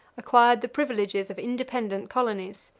acquired the privileges of independent colonies.